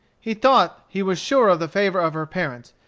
he thought he was sure of the favor of her parents,